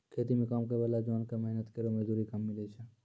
खेती म काम करै वाला जोन क मेहनत केरो मजदूरी कम मिलै छै